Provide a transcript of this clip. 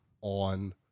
on